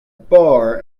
bar